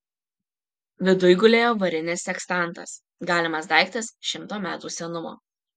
viduj gulėjo varinis sekstantas galimas daiktas šimto metų senumo